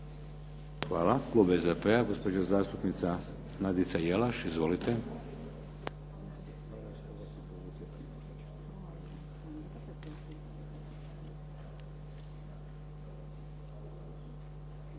Hvala. Klub SDP-a gospođa zastupnica Nadica Jelaš. Izvolite. **Jelaš,